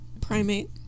Primate